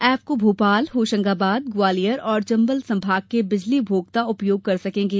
app को भोपाल होशंगाबाद ग्वालियर और चम्बल सम्भाग के बिजली उपभोक्ता उपयोग कर सकेंगे